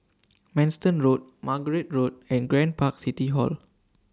Manston Road Margate Road and Grand Park City Hall